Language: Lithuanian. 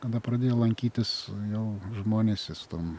kada pradėjo lankytis jau žmonės ir su tom